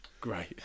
Great